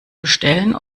bestellen